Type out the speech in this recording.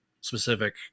specific